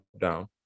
down